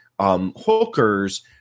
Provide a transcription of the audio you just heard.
hookers